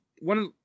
one